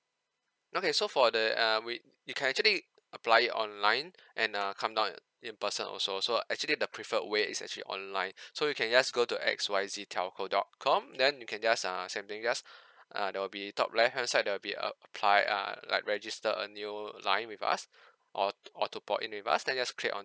okay so for the err wait you can actually apply it online and uh come down uh in person also so actually the preferred way is actually online so you can just go to X Y Z telco dot com then you can just err same thing just err there will be top left hand side there'll be ap~ apply err like register a new line with us or t~ or to port in with us then just click on